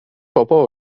بابا